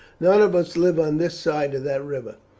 none of us live on this side that river.